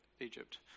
Egypt